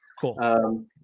Cool